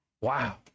Wow